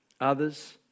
others